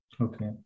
Okay